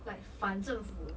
like 反政府